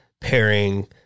pairing